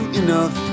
enough